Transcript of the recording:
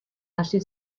hasi